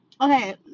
okay